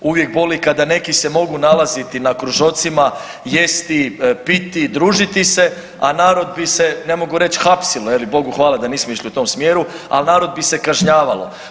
Uvijek boli kada neki se mogu nalaziti na kružocima, jesti, piti, družiti se a narod bi se ne mogu reći hapsilo je li bogu hvala da nismo išli u tom smjeru, ali narod bi se kažnjavalo.